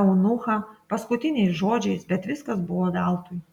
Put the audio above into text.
eunuchą paskutiniais žodžiais bet viskas buvo veltui